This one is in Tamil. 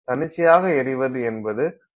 தன்னிச்சையாக எரிவது என்பது முக்கியமான விஷயமாகும்